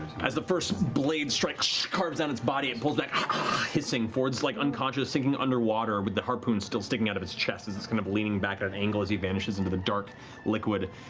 as the first blade strike carves down its body, it pulls back hissing, fjord's like unconscious, sinking underwater with the harpoon still sticking out of his chest, as it's kind of leaning back at an angle as he vanishes into the dark liquid.